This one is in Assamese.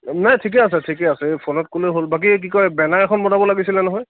নাই ঠিকে আছে ঠিকে আছে ফোনত ক'লেও হ'ল বাকী এই কি কয় বেনাৰ এখন বনাব লাগিছিলে নহয়